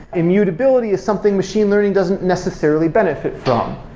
immutability is something machine learning doesn't necessarily benefit from.